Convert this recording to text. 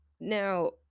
Now